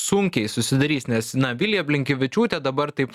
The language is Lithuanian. sunkiai susidarys nes na vilija blinkevičiūtė dabar taip